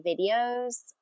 videos